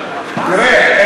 תראה,